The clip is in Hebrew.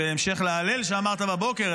בהמשך להלל שאמרת בבוקר,